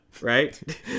Right